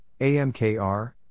AMKR